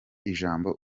ijambo